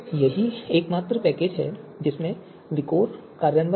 यही एकमात्र पैकेज है जिसमें विकोर कार्यान्वयन है